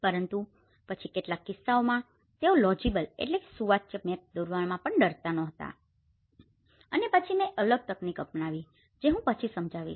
પરંતુ પછી કેટલાક કિસ્સાઓમાં તેઓ લેજીબલlegibleસુવાચ્ય મેપ દોરવામાં પણ ડરતા નહોતા અને પછી મેં એક અલગ તકનીકીઓ અપનાવી છે જે હું પછી સમજાવિશ